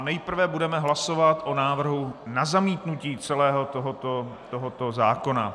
Nejprve budeme hlasovat o návrhu na zamítnutí celého tohoto zákona.